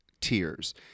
tiers